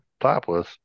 topless